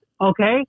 Okay